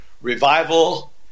revival